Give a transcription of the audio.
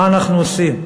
מה אנחנו עושים?